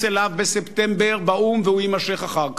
אליו בספטמבר באו"ם והוא יימשך אחר כך,